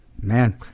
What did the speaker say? man